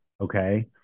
okay